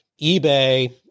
eBay